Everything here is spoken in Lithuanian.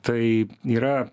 tai yra